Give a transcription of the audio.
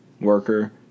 worker